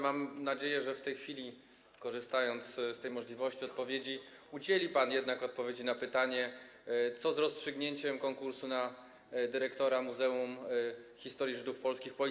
Mam nadzieję, że w tej chwili, korzystając z możliwości odpowiedzi, udzieli pan jednak odpowiedzi na pytanie, co z rozstrzygnięciem konkursu na stanowisko dyrektora Muzeum Historii Żydów Polskich Polin.